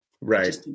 Right